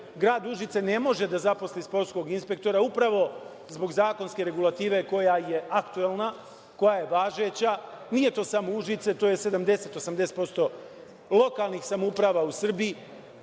Grad Užice ne može da zaposli sportskog inspektora upravo zbog zakonske regulative koja je aktuelna, koja je važeća. Nije to samo Užice, to je 70-80% lokalnih samouprava u Srbiji. Na